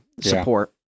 support